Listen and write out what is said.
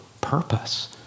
purpose